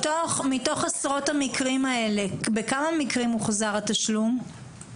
מתוך עשרות המקרים האלה, בכמה מקרים הוחזר התשלום?